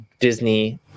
Disney